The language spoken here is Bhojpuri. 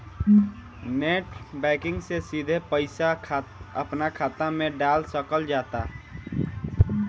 नेट बैंकिग से सिधे पईसा अपना खात मे डाल सकल जाता